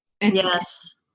Yes